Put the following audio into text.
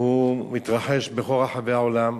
מתרחש בכל רחבי העולם.